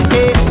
Hey